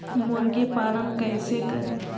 मुर्गी पालन कैसे करें?